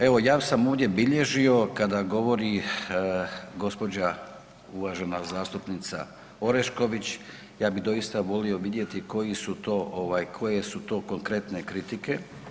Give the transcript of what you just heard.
Evo, ja sam ovdje bilježio kada govori gospođa uvažena zastupnica Orešković ja bi doista volio vidjeti koji su to ovaj, koje su to konkretne kritike.